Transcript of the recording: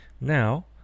now